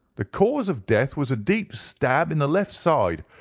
the cause of death was a deep stab in the left side,